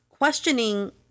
questioning